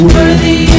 Worthy